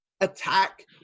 attack